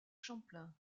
champlain